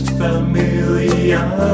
familiar